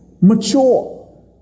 mature